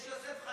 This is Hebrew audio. יש יוסף,